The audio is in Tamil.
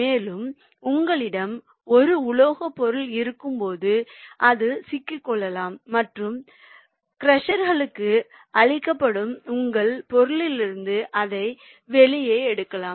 மேலும் உங்களிடம் ஒரு உலோகப் பொருள் இருக்கும்போது அது சிக்கிக்கொள்ளலாம் மற்றும் க்ரஷ்ருக்கு அளிக்கப்படும் உங்கள் பொருளிலிருந்து அதை வெளியே எடுக்கலாம்